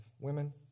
Women